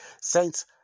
Saints